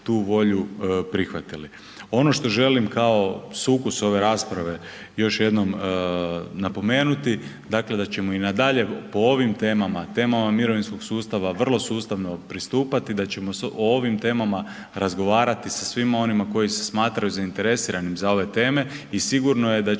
Ono što želim kao sukus ove rasprave još jednom napomenuti, dakle da ćemo i nadalje po ovim temama, temama mirovinskog sustava vrlo sustavno pristupati, da ćemo se o ovim temama razgovarati sa svim onima koji se smatraju zainteresiranima za ove teme i sigurno je da ćemo